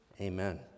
Amen